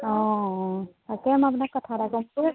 অঁ তাকে মই আপোনাক কথা এটা কম